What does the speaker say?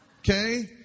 Okay